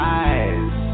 eyes